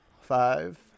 Five